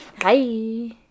Hi